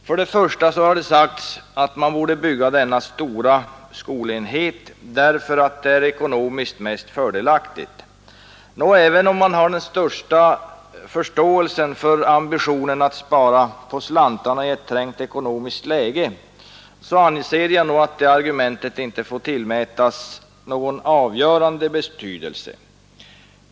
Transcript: Först och främst har det sagts att man borde bygga denna stora skolenhet därför att det är ekonomiskt mest fördelaktigt. Även om jag har den största förståelse för ambitionen att spara på slantarna i ett trängt ekonomiskt läge, så anser jag nog att det argumentet inte får tillmätas någon avgörande betydelse.